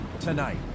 Tonight